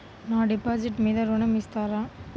నా డిపాజిట్ మీద ఋణం ఇస్తారా?